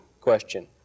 question